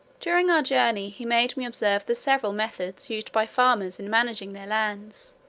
during our journey he made me observe the several methods used by farmers in managing their lands,